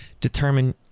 determine